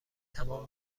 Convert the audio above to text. تمام